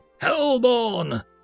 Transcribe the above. Hellborn